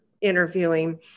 interviewing